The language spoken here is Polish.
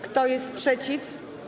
Kto jest przeciw?